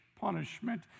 punishment